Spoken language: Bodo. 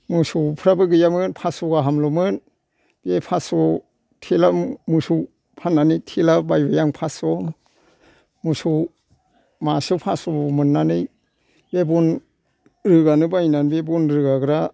मोसौफ्राबो गैयामोन फास श' गाहाम ल' मोन बे फास श' थेला मोसौ फाननानै थेला बायबाय आं फास श' मोसौ मासे आव फास श' मोननानै बे बन रोगानो बायनानै बन रोगाग्रा